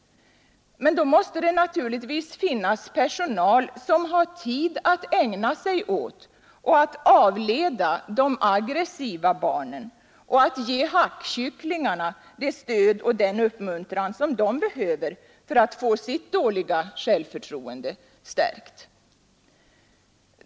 Men då måste det naturligtvis finnas personal som har tid att ägna sig åt och avleda de aggressiva barnen och ge hackkycklingarna det stöd och den uppmuntran de behöver för att få sitt dåliga självförtroende stärkt.